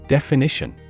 Definition